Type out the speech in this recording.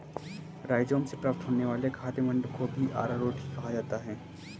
rhizome से प्राप्त होने वाले खाद्य मंड को भी अरारोट ही कहा जाता है